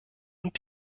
und